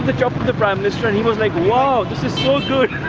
the the prime minister, and he was like, wow, this is so good.